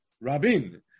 Rabin